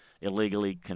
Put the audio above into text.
illegally